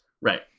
right